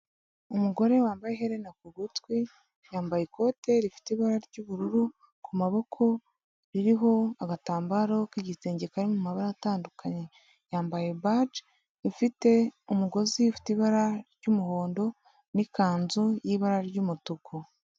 Umugore wambaye iherena ku gutwi yambaye ikote rifite ibara ry'ubururu ku maboko, ririho agatambaro k'igitenge kari mu mabara atandukanye, yambaye baji ifite umugozi ufite ibara ry'umuhondo n'ikanzu ifite y'ibara ry'umutuku.